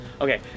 Okay